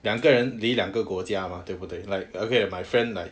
两个人离两个国家 mah 对不对 like okay my friend like